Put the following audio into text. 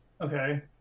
Okay